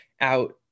out